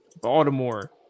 baltimore